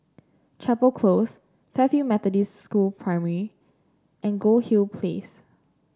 Chapel Close Fairfield Methodist School Primary and Goldhill Place